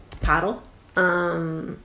paddle